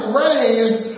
raised